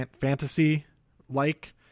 fantasy-like